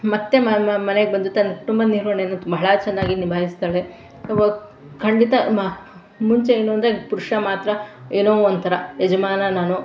ಮತ್ತು ಮನೆಗೆ ಬಂದು ತನ್ನ ಕುಟುಂಬ ನಿರ್ವಹಣೆನ ಬಹಳ ಚೆನ್ನಾಗಿ ನಿಭಾಯಿಸ್ತಾಳೆ ಖಂಡಿತ ಮ ಮುಂಚೆ ಏನು ಅಂದರೆ ಪುರುಷ ಮಾತ್ರ ಏನೋ ಒಂಥರ ಯಜಮಾನ ನಾನು